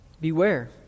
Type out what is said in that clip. Beware